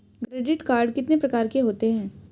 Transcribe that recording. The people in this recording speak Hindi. क्रेडिट कार्ड कितने प्रकार के होते हैं?